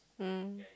mm